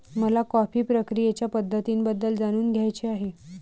मला कॉफी प्रक्रियेच्या पद्धतींबद्दल जाणून घ्यायचे आहे